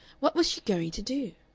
what was she going to do?